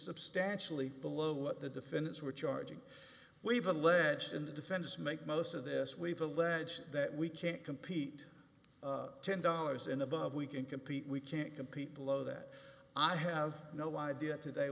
substantially below what the defendants were charging we've alleged in the defense make most of this we've alleged that we can't compete ten dollars and above we can compete we can't compete below that i have no idea today